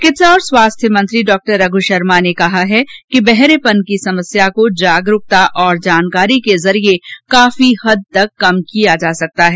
चिकित्सा और स्वास्थ्य मंत्री डॉ रघु शर्मा ने कहा है कि बहरेपन की समस्या को जागरूकता और जानकारी के जरिए काफी हद तक कम किया जा सकता है